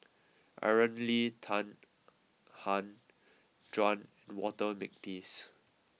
Aaron Lee Tan Han Juan and Walter Makepeace